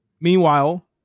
Meanwhile